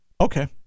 Okay